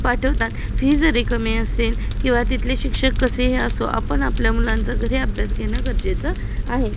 पाठवतात फी जरी कमी असेल किंवा तिथले शिक्षक कसे ही असो आपण आपल्या मुलांचा घरी अभ्यास घेणं गरजेचं आहे